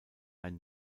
ein